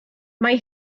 mae